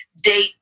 date